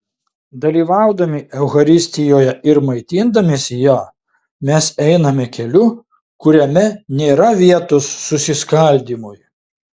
dalyvaudami eucharistijoje ir maitindamiesi ja mes einame keliu kuriame nėra vietos susiskaldymui